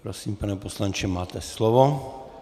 Prosím, pane poslanče, máte slovo.